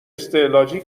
استعلاجی